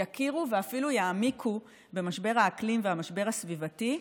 יכירו ואפילו יעמיקו במשבר האקלים ובמשבר הסביבתי,